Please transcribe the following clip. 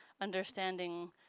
understanding